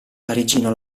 parigino